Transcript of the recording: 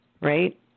right